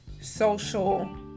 social